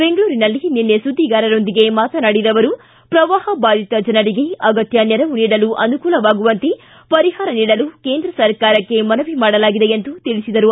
ಬೆಂಗಳೂರಿನಲ್ಲಿ ನಿನ್ನೆ ಸುದ್ದಿಗಾರರೊಂದಿಗೆ ಮಾತನಾಡಿದ ಅವರು ಪ್ರವಾಹಬಾಧಿತ ಜನರಿಗೆ ಅಗತ್ಯ ನೆರವು ನೀಡಲು ಅನುಕೂಲವಾಗುವಂತೆ ಪರಿಹಾರ ನೀಡಲು ಕೇಂದ್ರ ಸರ್ಕಾರಕ್ಕೆ ಮನವಿ ಮಾಡಲಾಗಿದೆ ಎಂದು ತಿಳಿಸಿದರು